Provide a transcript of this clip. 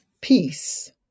Peace